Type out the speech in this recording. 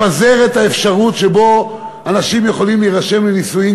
לפזר את האפשרות של אנשים להירשם לנישואים,